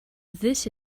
this